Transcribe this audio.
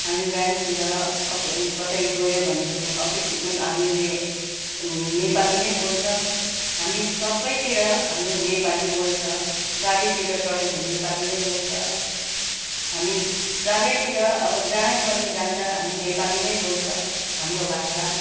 हामी ब्याङ्कतिर अपि कतै गयो भने पनि अफिस हामीले नेपाली नै बोल्छ हामी सबैतिर हामी नेपाली बोल्छ गाडीतिर चढ्यो भने नेपाली नै बोल्छ हामी चारैतिर अब जहीँ पनि जान्छ हामी नेपाली नै बोल्छ हाम्रो भाषा